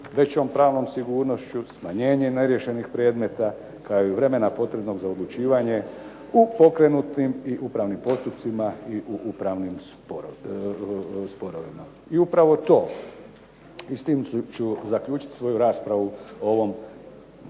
većom pravnom sigurnošću, smanjenjem neriješenih predmeta, kao i vremena potrebno za odlučivanje u pokrenutim i upravnim postupcima i u upravnim sporovima. I upravo to, i s tim ću zaključiti svoju raspravu o ovom